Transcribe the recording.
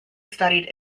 studied